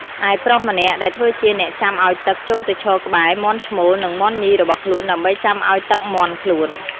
ឯ ប្រុសម្នាក់ ដែលធ្វើជា អ្នកចាំឲ្យទឹក ចូលទៅឈរក្បែរ មាន់ឈ្មោល និង មាន់ញី របស់ខ្លួន ដើម្បី ចាំឲ្យទឹកមាន់ខ្លួន។